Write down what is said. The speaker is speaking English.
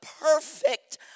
perfect